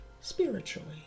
spiritually